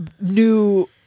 new